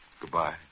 Goodbye